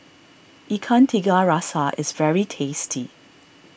Ikan Tiga Rasa is very tasty